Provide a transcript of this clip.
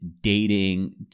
dating